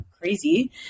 crazy